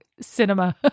cinema